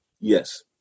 yes